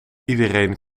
iedereen